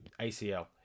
ACL